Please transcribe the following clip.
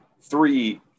Three